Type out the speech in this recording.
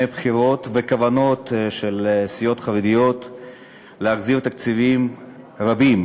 הבחירות וכוונות של סיעות חרדיות להחזיר תקציבים רבים